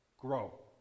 grow